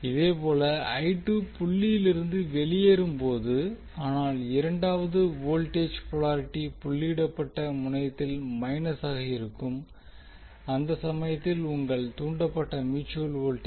இதேபோல் புள்ளியிலிருந்து வெளியேறும் போது ஆனால் இரண்டாவது வோல்டேஜ் போலாரிட்டி புள்ளியிடப்பட்ட முனையத்தில் மைனசாக இருக்கும் அந்த சமயத்தில் உங்கள் தூண்டப்பட்ட மியூட்சுவல் வோல்டேஜ்